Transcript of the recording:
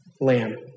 lamb